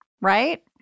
right